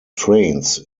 trains